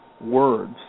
Words